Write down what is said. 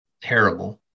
terrible